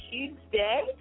Tuesday